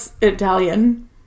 Italian